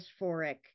dysphoric